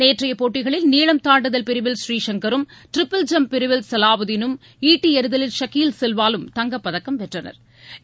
நேற்றைய போட்டிகளில் நீளம் தாண்டுதல் பிரிவில் ஸ்ரீசங்கரும் ட்ரிபிள் ஜம்ப் பிரிவில் சலாவூதினும் ஈட்டி எறிதலில் சகில் சில்வாலும் தங்கப் பதக்கம் வென்றனா்